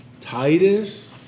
Titus